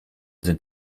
sind